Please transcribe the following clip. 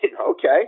okay